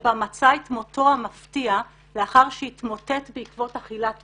שבה מצא את מותו המפתיע לאחר שהתמוטט בעקבות אכילת עוגה.